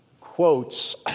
quotes